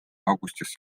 augustis